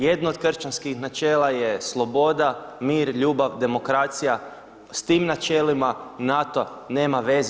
Jedno od kršćanskih načela je sloboda, mir, ljubav, demokracija s tim načelima NATO nema veze.